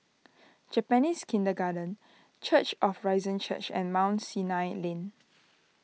Japanese Kindergarten Church of Risen church and Mount Sinai Lane